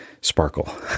sparkle